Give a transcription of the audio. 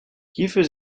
hierfür